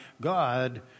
God